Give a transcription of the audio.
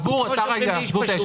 פניות מספר 70